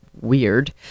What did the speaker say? weird